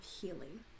healing